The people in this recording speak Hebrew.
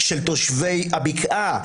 של תושבי הבקעה,